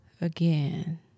again